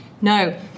No